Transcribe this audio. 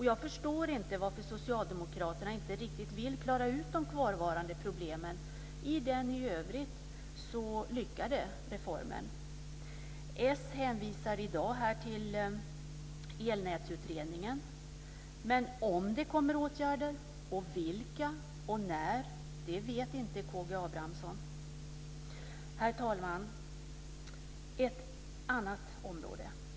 Jag förstår inte varför socialdemokraterna inte riktigt vill klara ut de kvarvarande problemen i den i övrigt så lyckade reformen. Socialdemokraterna hänvisar i dag till Elnätsutredningen. Men om det kommer åtgärder - och vilka och när - vet inte K G Herr talman! Så till ett annat område.